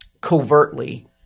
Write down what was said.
covertly –